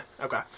Okay